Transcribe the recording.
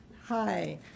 Hi